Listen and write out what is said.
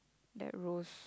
that rose